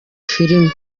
filimi